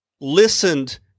listened